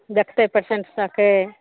देखतै पेसेन्ट सबके